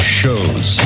shows